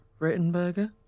Rittenberger